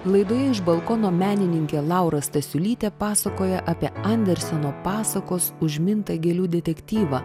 laidoje iš balkono menininkė laura stasiulytė pasakoja apie anderseno pasakos užmintą gėlių detektyvą